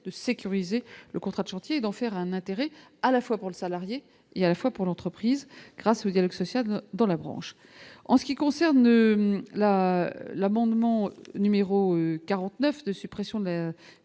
de sécuriser le contrat de chantier d'en faire un intérêt à la fois pour le salarié et à la fois pour l'entreprise, grâce au dialogue social dans la branche, en ce qui concerne la l'amendement numéro 49 de suppression de la